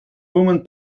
woman